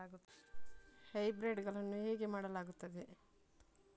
Hybrid ಗಳನ್ನು ಹೇಗೆ ಮಾಡಲಾಗುತ್ತದೆ?